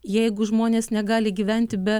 jeigu žmonės negali gyventi be